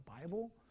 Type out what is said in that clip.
Bible